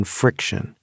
friction